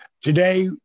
today